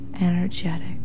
energetic